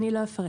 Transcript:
אני לא אפרט.